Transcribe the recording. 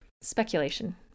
Speculation